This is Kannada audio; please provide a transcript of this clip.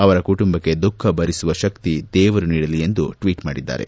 ಅವರ ಕುಟುಂಬಕ್ಕೆ ದುಃಖ ಭರಿಸುವ ಶಕ್ತಿ ದೇವರು ನೀಡಲಿ ಎಂದು ಟ್ವೀಟ್ ಮಾಡಿದ್ದಾರೆ